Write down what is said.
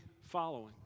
following